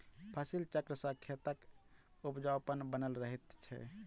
फसिल चक्र सॅ खेतक उपजाउपन बनल रहैत छै